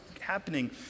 happening